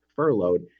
furloughed